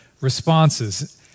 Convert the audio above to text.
responses